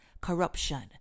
Corruption